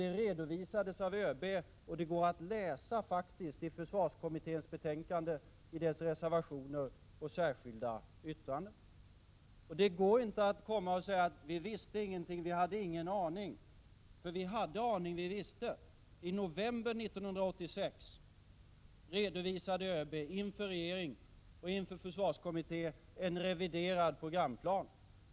Det redovisades av ÖB, och det går faktiskt att läsa i försvarskommitténs betänkande, i dess reservationer och särskilda yttranden. Det går inte att säga att man inte visste någonting eller att man inte hade en aning om detta. Vi hade nämligen visshet, för i november 1986 redovisade ÖB inför regering och försvarskommitté en reviderad programplan.